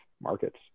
markets